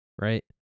right